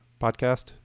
podcast